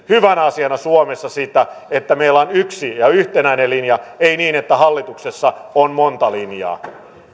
hyvänä asiana suomessa sitä että meillä on yksi ja yhtenäinen linja ei niin että hallituksessa on monta linjaa